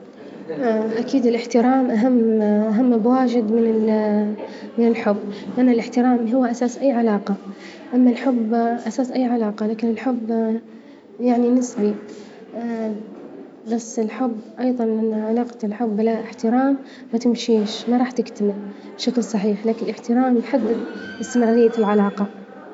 أكيد الاحترام أهم أهم بواجد من- من الحب، لأن الاحترام هو أساس أي علاقة، أما الحب أساس أي علاقة، لكن الحب يعني نسبي، بس الحب أيظا من علاقة الحب بلا احترام ما تمشيش ما راح تكتمل بشكل صحيح، لكن احترام الحب واستمرارية العلاقة.